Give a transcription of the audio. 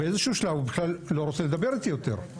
באיזה שהוא שלב הוא בכלל לא רוצה לדבר איתי יותר.